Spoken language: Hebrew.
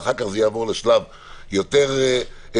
ואחר כך זה יעבור לשלב יותר רחב.